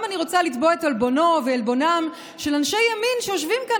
אני גם רוצה לתבוע את עלבונו ועלבונם של אנשי ימין שיושבים כאן